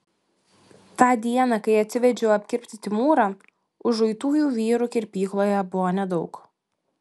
tą dieną kai atsivedžiau apkirpti timūrą užuitųjų vyrų kirpykloje buvo nedaug